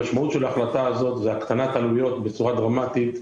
המשמעות של ההחלטה הזאת זה הקטנת עלויות בצורה דרמטית.